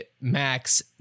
Max